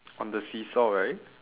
on the seesaw right